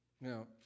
Now